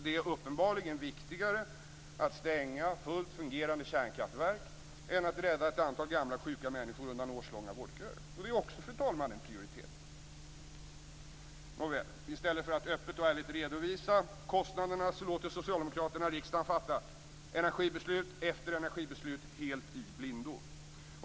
Det är uppenbarligen viktigare att stänga fullt fungerande kärnkraftverk än att rädda ett antal gamla och sjuka människor undan årslånga vårdköer. Det är, fru talman, också en prioritering. I stället för att öppet och ärligt redovisa kostnaderna låter socialdemokraterna riksdagen fatta energibeslut efter energibeslut helt i blindo.